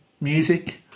music